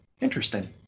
Interesting